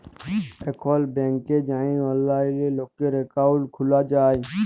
এখল ব্যাংকে যাঁয়ে অললাইলে লকের একাউল্ট খ্যুলা যায়